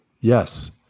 Yes